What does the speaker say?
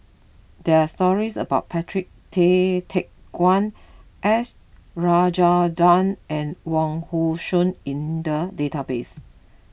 there are stories about Patrick Tay Teck Guan S Rajendran and Wong Hong Suen in the database